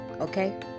okay